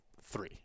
three